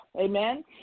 Amen